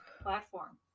platform